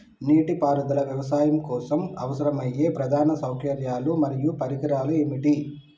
నీటిపారుదల వ్యవసాయం కోసం అవసరమయ్యే ప్రధాన సౌకర్యాలు మరియు పరికరాలు ఏమిటి?